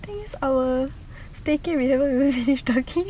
the thing is our staycay we haven't even finish talking